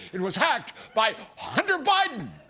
it was hacked by hunter biden,